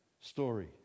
story